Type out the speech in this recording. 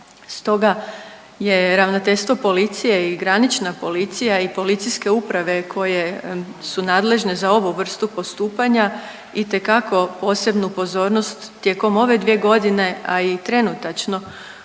Stoga je Ravnateljstvo policije i granična policija i policijske uprave koje su nadležne za ovu vrstu postupanja itekako posebnu pozornost tijekom ove 2.g., a i trenutačno